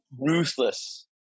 ruthless